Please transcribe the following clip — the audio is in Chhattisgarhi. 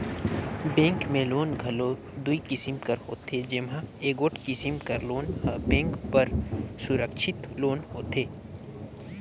बेंक में लोन घलो दुई किसिम कर होथे जेम्हां एगोट किसिम कर लोन हर बेंक बर सुरक्छित लोन होथे